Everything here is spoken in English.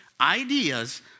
ideas